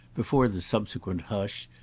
before the subsequent hush,